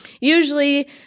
usually